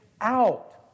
out